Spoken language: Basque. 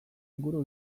inguru